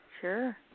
Sure